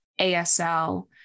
ASL